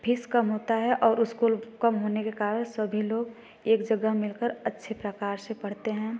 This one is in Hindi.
फीस कम होता है और उस्कूल कम होने के कारण सभी लोग एक जगह मिलकर अच्छे प्रकार से पढ़ते हैं